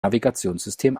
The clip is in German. navigationssystem